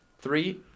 Three